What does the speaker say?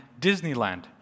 Disneyland